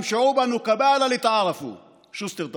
לעמים ושבטים למען תבחינו ביניכם".) שוסטר,